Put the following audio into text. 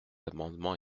amendement